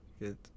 Good